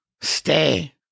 Stay